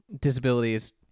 disabilities